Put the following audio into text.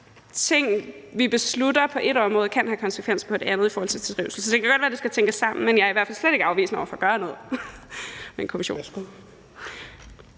ting, vi beslutter på ét område, kan have konsekvenser for et andet i forhold til trivsel. Så det kan godt være, at det skal tænkes sammen, men jeg er i hvert fald slet ikke afvisende over for at gøre noget med en kommission.